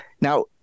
Now